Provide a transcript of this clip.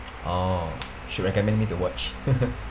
oh should recommend me to watch